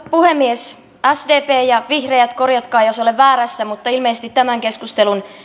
puhemies sdp ja vihreät korjatkaa jos olen väärässä mutta ilmeisesti tämän keskustelun